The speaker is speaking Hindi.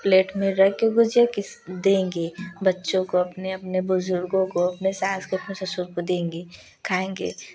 प्लेट में रख कर गुजिया किस देंगे बच्चों को अपने अपने बुजुर्गों को अपने सास को अपने ससुर को देंगे खाएंगे